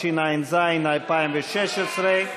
התשע"ז 2016,